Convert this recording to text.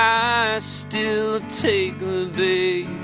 um still take the